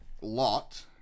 lot